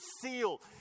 sealed